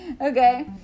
Okay